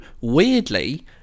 weirdly